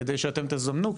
כדי שאתם תזמנו.